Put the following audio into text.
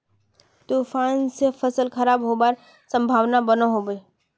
तूफान से फसल खराब होबार संभावना बनो होबे?